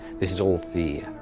this is all fear.